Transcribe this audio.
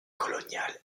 coloniale